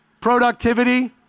productivity